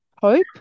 hope